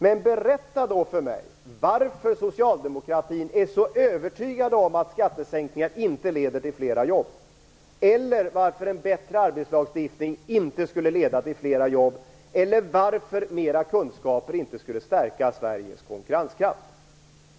Men berätta då för mig varför socialdemokraterna är så övertygade om att skattesänkningar inte leder till flera jobb, eller varför en bättre arbetslagstiftning inte skulle leda till flera jobb, eller varför mera kunskaper inte skulle stärka Sveriges kunkurrenskraft.